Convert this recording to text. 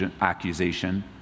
accusation